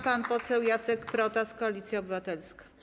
Pan poseł Jacek Protas, Koalicja Obywatelska.